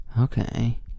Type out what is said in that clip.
okay